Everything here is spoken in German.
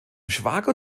schwager